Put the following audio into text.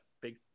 big